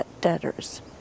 debtors